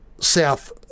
South